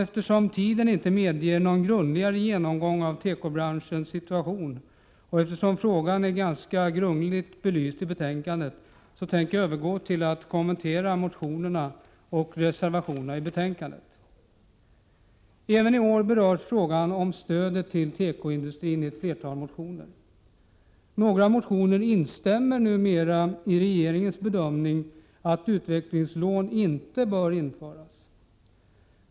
Eftersom tiden inte medger någon grundligare genomgång av tekobranschens situation och frågan är grundligt belyst i utskottet, skall jag övergå till att kommentera motionerna och reservationerna i betänkandet. Även i år berörs frågan om stödet till tekoindustrin i flera motioner. Några motionärer instämmer numera i regeringens bedömning att utvecklingslån inte bör införas.